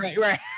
right